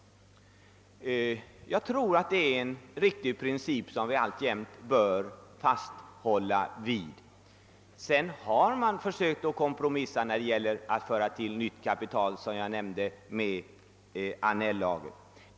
Jag tror att detta är en riktig princip, som vi bör fasthålla vid. Sedan har man försökt kompromissa när det gäller att tillföra företagen nytt kapital, som jag nämnde, genom Annelllagen.